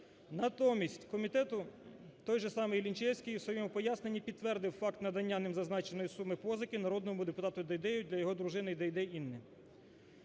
Натомість комітету той же самий Лінчевський у своєму поясненні підтвердив факт надання ним зазначеної суми позики народному депутату Дейдею для його дружини Дейдей Інни.